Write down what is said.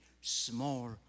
small